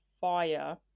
fire